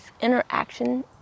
interaction